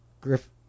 Griff